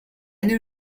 knew